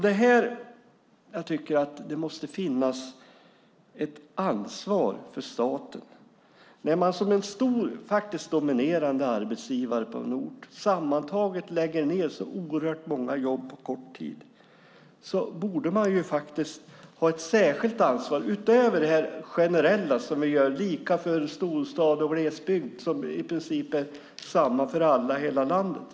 Det är här jag tycker att det måste finnas ett ansvar för staten. När man som en stor dominerande arbetsgivare på en ort sammantaget lägger ned så oerhört många jobb på kort tid borde man ha ett särskilt ansvar utöver det generella som är lika för storstad och glesbygd och i princip är samma för alla i hela landet.